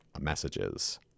messages